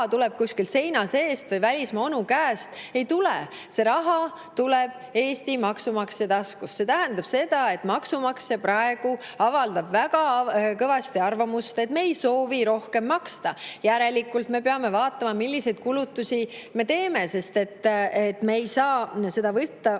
tuleb kuskilt seina seest või välismaa onu käest. Ei tule! Raha tuleb Eesti maksumaksja taskust. See tähendab seda, et maksumaksja avaldab praegu väga kõvasti arvamust, et ta ei soovi rohkem maksta. Järelikult me peame vaatama, milliseid kulutusi me teeme, sest me ei saa seda [raha]